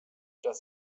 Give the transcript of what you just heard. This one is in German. das